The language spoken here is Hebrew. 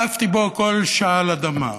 אהבתי בו כל שעל אדמה.